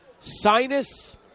sinus